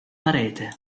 parete